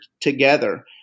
together